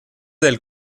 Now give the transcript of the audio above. del